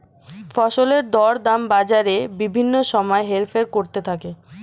ফসলের দরদাম বাজারে বিভিন্ন সময় হেরফের করতে থাকে